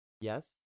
Yes